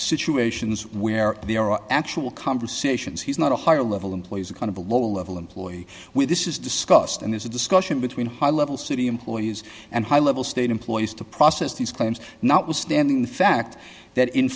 situations where there are actual conversations he's not a higher level employee as a kind of a lower level employee with this is discussed and there's a discussion between high level city employees and high level state employees to process these claims now it was standing the fact that in